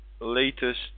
latest